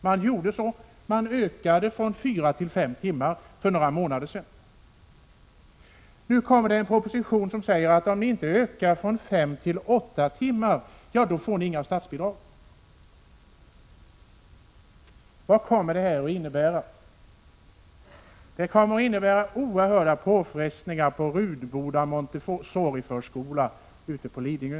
Man gjorde så. Förskolan ökade öppettiden från fyra till fem timmar per dag för några månader sedan. Sedan kom en proposition där man säger: Om ni inte ökar öppettiden från fem till åtta timmar om dagen, får ni inget statsbidrag. Vad kommer detta att innebära? Det kommer att innebära oerhörda påfrestningar för Rudboda Montessoriförskola på Lidingö.